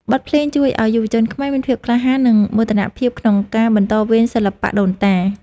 បទភ្លេងជួយឱ្យយុវជនខ្មែរ មានភាពក្លាហាន និងមោទនភាពក្នុងការបន្តវេនសិល្បៈដូនតា។